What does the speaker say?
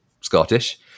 Scottish